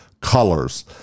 colors